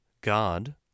God